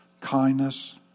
kindness